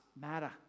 matter